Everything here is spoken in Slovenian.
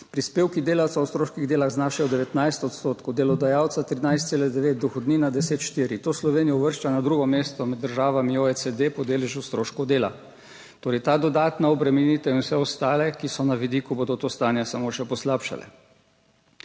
Prispevki delavca v stroških dela znašajo 19 odstotkov, delodajalca 13.9, dohodnina 10,4. To Slovenijo uvršča na drugo mesto med državami OECD po deležu stroškov dela. Torej, ta dodatna obremenitev in vse ostale, ki so na vidiku, bodo to stanje samo še poslabšale.